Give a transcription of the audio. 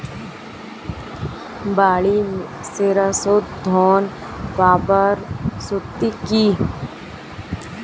বাড়ি মেরামত ঋন পাবার শর্ত কি?